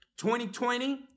2020